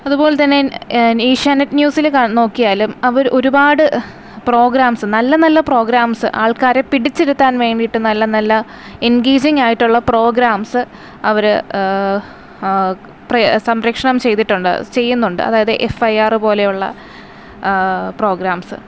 അതുപോലെ തന്നെ ഏഷ്യാനെറ്റ് ന്യൂസിൽ നോക്കിയാലും അവർ ഒരുപാട് പ്രോഗ്രാംസ് നല്ല നല്ല പ്രോഗ്രാംസ് ആൾക്കാരെ പിടിച്ചിരുത്താൻ വേണ്ടിയിട്ട് നല്ല നല്ല എൻഗേജിംഗായിട്ടുള്ള പ്രോഗ്രാംസ് അവർ സംപ്രേക്ഷണം ചെയ്തിട്ടുണ്ട് ചെയ്യുന്നുണ്ട് അതായത് എഫ്ഐആർ പോലെയുള്ള പ്രോഗ്രാംസ്